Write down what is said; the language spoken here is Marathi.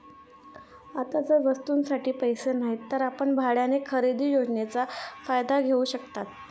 आता जर वस्तूंसाठी पैसे नाहीत तर आपण भाड्याने खरेदी योजनेचा फायदा घेऊ शकता